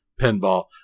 pinball